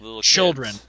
children